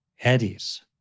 eddies